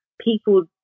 people